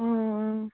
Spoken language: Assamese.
অঁ অঁ